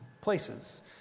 places